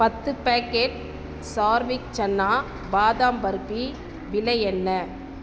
பத்து பேக்கெட் சார்விக் சன்னா பாதாம் பர்பி விலை என்ன